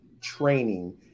training